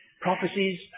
prophecies